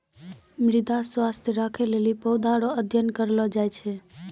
मृदा स्वास्थ्य राखै लेली पौधा रो अध्ययन करलो जाय छै